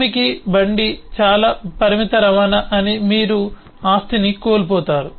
భూమికి బండి చాలా పరిమిత రవాణా అని మీరు ఆస్తిని కోల్పోతారు